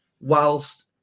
whilst